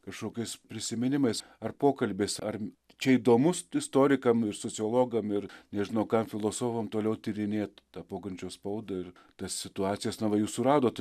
kažkokiais prisiminimais ar pokalbiais ar čia įdomus istorikam ir sociologam ir nežinau kam filosofam toliau tyrinėt tą pogrindžio spaudą ir tas situacijas na va jūs suradot